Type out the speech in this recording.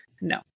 No